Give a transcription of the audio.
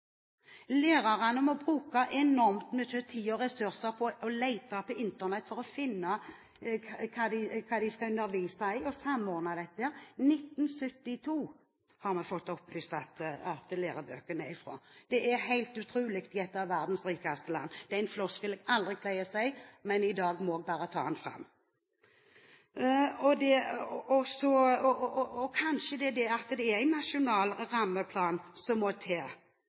lærerne må bruke enormt mye tid og ressurser på å lete på Internett for å finne hva de skal undervise i og samordne det. 1972, har vi fått opplyst at lærebøkene er fra – det er helt utrolig i et av verdens rikeste land. Det er en floskel jeg aldri pleier å bruke, men i dag måtte jeg bare ta den fram. Kanskje må det